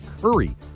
Curry